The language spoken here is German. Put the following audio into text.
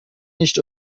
nicht